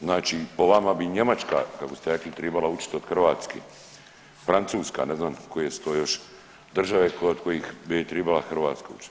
Znači, po vama bi Njemačka kako ste rekli tribala učiti od Hrvatske, Francuska, ne znam koje su to još države od kojih bi tribala Hrvatska učiti.